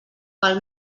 pel